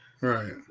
right